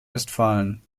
westfalen